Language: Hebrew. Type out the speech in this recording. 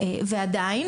ועדיין,